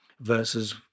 versus